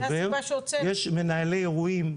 יש מנהלי אירועים,